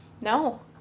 No